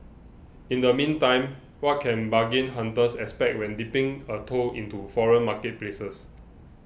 in the meantime what can bargain hunters expect when dipping a toe into foreign marketplaces